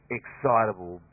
excitable